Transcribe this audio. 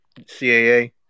CAA